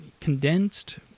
condensed